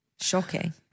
Shocking